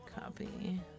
Copy